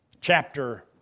chapter